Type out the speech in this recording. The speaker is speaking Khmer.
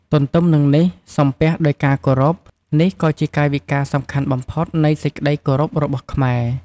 ទន្ទឹមនឹងនេះ សំពះដោយការគោរព នេះក៏ជាកាយវិការសំខាន់បំផុតនៃសេចក្តីគោរពរបស់ខ្មែរ។